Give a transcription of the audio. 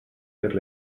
per